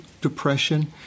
depression